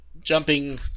jumping